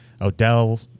Odell